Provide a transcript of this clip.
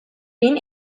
bin